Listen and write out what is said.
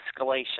escalation